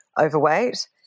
overweight